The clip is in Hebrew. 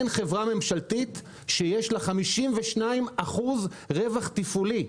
אין חברה ממשלתית שיש לה 52% רווח תפעולי.